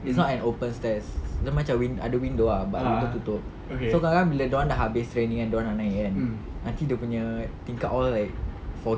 it's not an open stairs dia macam win~ ada window ah but tutup so kadang-kadang bila dorang dah habis training dorang nak naik kan nanti dia punya tingkap all like foggy